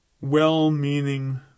well-meaning